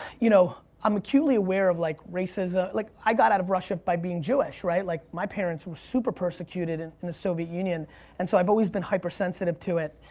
you know i'm acutely aware of like, racism, like i got out of russia by being jewish. like my parents were super persecuted and in the soviet union and so i've always been hypersensitive to it,